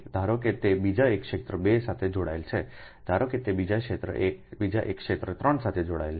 ધારો કે તે બીજા એક ક્ષેત્ર 2 સાથે જોડાયેલ છે ધારો કે તે બીજા એક ક્ષેત્ર 3 સાથે જોડાયેલ છે